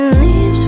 leaves